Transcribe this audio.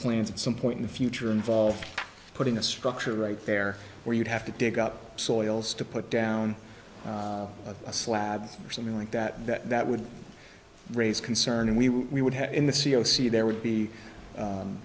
plans at some point in the future involve putting a structure right there where you'd have to dig up soils to put down a slab or something like that and that would raise concern and we would have in the c o c there would be